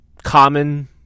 common